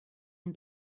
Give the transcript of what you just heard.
une